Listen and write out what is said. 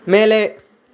மேலே